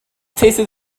tasted